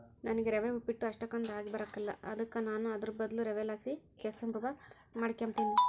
ನನಿಗೆ ರವೆ ಉಪ್ಪಿಟ್ಟು ಅಷ್ಟಕೊಂದ್ ಆಗಿಬರಕಲ್ಲ ಅದುಕ ನಾನು ಅದುರ್ ಬದ್ಲು ರವೆಲಾಸಿ ಕೆಸುರ್ಮಾತ್ ಮಾಡಿಕೆಂಬ್ತೀನಿ